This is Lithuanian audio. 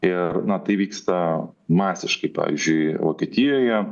ir na tai vyksta masiškai pavyzdžiui vokietijoje